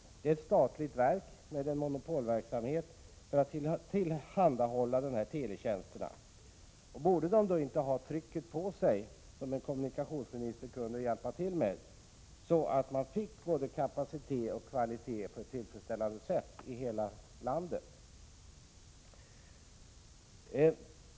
Det är ett statligt verk med en monopolverksamhet som skall tillhandahålla dessa teletjänster. Borde televerket då inte ha trycket på sig, som en kommunikationsminister kunde hjälpa till med, så att man fick både kapacitet och kvalitet på ett tillfredsställande sätt i hela landet?